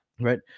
Right